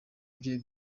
bye